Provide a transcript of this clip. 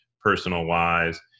personal-wise